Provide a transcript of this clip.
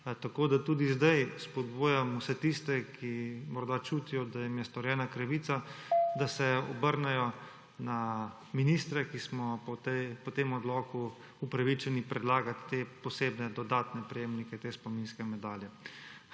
Tako da tudi zdaj spodbujamo vse tiste, ki morda čutijo, da jim je storjena krivica, da se obrnejo na ministre, ki smo po tem odloku upravičeni predlagati te dodatne prejemnike te spominske medalje.